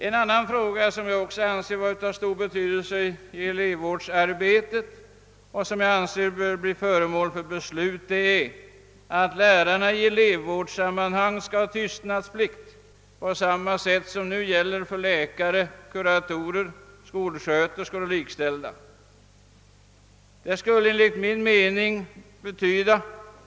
En annan fråga som jag också anser vara av stor betydelse i elevvårdsarbetet och som bör bli föremål för beslut är att lärarna i elevvårdssammanhang skall ha tystnadsplikt på samma sätt som nu gäller för läkare, kuratorer, skolsköterskor och dem likställda.